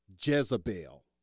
Jezebel